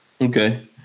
Okay